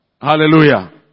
Hallelujah